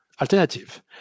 alternative